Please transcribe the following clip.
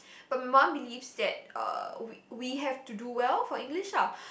but my mum believes that uh we we have to do well for English lah